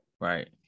right